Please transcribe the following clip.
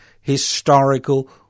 historical